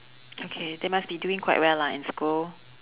okay they must be doing quite well lah in school